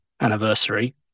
anniversary